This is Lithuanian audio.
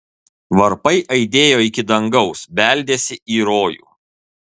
varpai aidėjo iki dangaus beldėsi į rojų